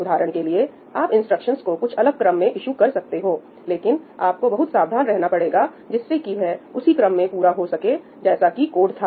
उदाहरण के लिए आप इंस्ट्रक्शंस को कुछ अलग क्रम में ईशु कर सकते हो लेकिन आपको बहुत सावधान रहना पड़ेगा जिससे कि वह उसी क्रम में पूरा हो सके जैसा कि कोड था